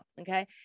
okay